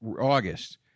August